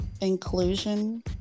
inclusion